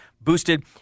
boosted